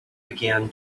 began